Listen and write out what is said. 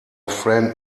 friend